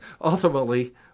ultimately